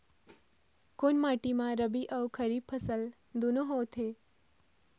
कोन माटी म रबी अऊ खरीफ फसल दूनों होत हे?